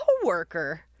coworker